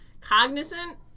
cognizant